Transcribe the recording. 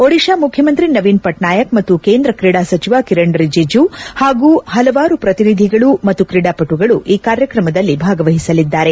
ಒಡಿಶಾ ಮುಖ್ಯಮಂತ್ರಿ ನವೀನ್ ಪಟ್ನಾಯಕ್ ಮತ್ತು ಕೇಂದ್ರ ಕ್ರೀಡಾ ಸಚಿವ ಕಿರಣ್ ರಿಜಿಜು ಹಾಗೂ ಹಲವಾರು ಪ್ರತಿನಿಧಿಗಳು ಮತ್ತು ಕ್ರೀಡಾಪಟುಗಳು ಈ ಕಾರ್ಯಕ್ರಮದಲ್ಲಿ ಭಾಗವಹಿಸಲಿದ್ದಾರೆ